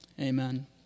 amen